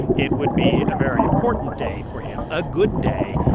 it would be a very important day for him a good day.